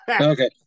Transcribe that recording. Okay